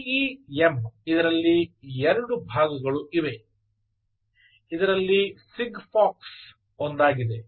LTE M ಇದರಲ್ಲಿ ಎರಡು ಭಾಗಗಳು ಇವೆ ಇದರಲ್ಲಿ ಸಿಗ್ಫಾಕ್ಸ್ ಒಂದಾಗಿದೆ